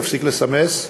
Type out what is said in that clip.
תפסיק לסמס,